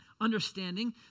Understanding